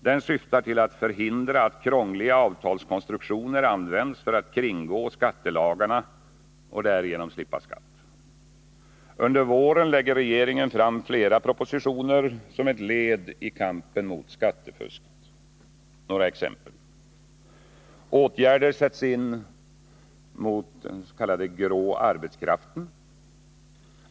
Den syftar till att förhindra att krångliga avtalskonstruktioner används för att kringgå skattelagarna och därigenom slippa skatt. Under våren lägger regeringen fram flera propositioner som ett led i kampen mot skattefusket. Låt mig ge några exempel: Åtgärder sätts in mot den s.k. grå arbetskraften.